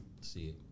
See